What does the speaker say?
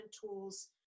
tools